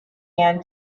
again